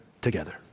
together